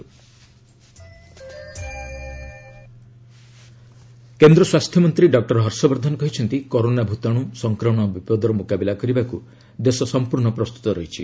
ଲୋକସଭା ହର୍ଷବର୍ଦ୍ଧନ କେନ୍ଦ୍ର ସ୍ୱାସ୍ଥ୍ୟ ମନ୍ତ୍ରୀ ଡକ୍ଟର ହର୍ଷବର୍ଦ୍ଧନ କହିଛନ୍ତି କରୋନା ଭୂତାଣୁ ସଂକ୍ରମଣ ବିପଦର ମୁକାବିଲା କରିବାକୁ ଦେଶ ସମ୍ପର୍ଷ ପ୍ରସ୍ତୁତ ରହିଛି